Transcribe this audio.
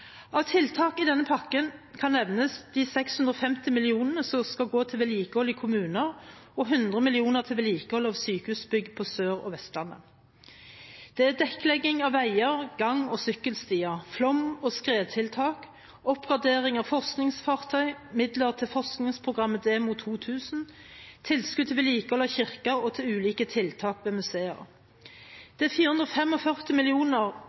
Av tiltak i denne pakken kan nevnes: 650 mill. kr som skal gå til vedlikehold i kommuner, og 100 mill. kr til vedlikehold av sykehusbygg på Sør- og Vestlandet dekkelegging av vei, gang- og sykkelstier, flom- og skredtiltak, oppgradering av forskningsfartøy, midler til forskningsprogrammet Demo 2000, tilskudd til vedlikehold av kirker og ulike tiltak ved